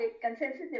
consensus